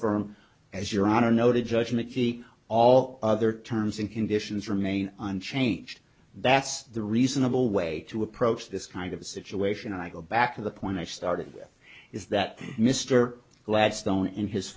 firm as your honor noted judgment the all other terms and conditions remain unchanged that's the reasonable way to approach this kind of situation i go back to the point i started is that mr